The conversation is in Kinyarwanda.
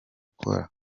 cola